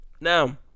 Now